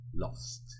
lost